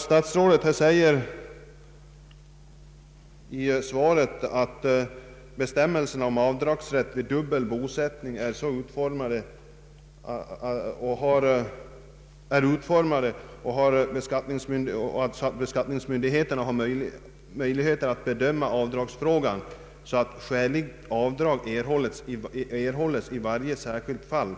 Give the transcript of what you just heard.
Statsrådet säger i svaret, att bestämmelserna om avdragsrätt vid dubbel bosättning är så utformade att beskattningsmyndigheterna har möjligheter att bedöma avdragsfrågan på sådant sätt att skäligt avdrag erhålles i varje enskilt fall.